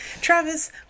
Travis